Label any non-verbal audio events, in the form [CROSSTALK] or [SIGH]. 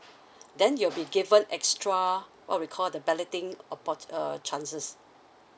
[BREATH] then you will be given extra what we call the balloting oppor~ uh chances